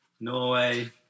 Norway